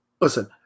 Listen